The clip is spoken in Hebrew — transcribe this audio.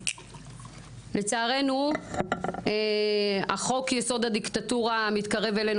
לצערנו החוק יסוד הדיקטטורה המתקרב אלינו